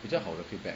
比较好的 feedback